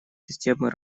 системы